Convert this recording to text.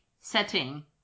setting